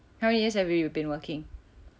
how many years have you been working